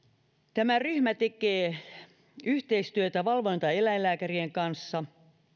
tämä ryhmä tekee yhteistyötä valvontaeläinlääkärien kanssa